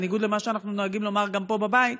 בניגוד למה שאנחנו נוהגים לומר גם פה בבית,